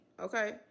okay